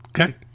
Okay